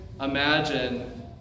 imagine